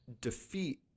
defeat